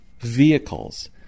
Vehicles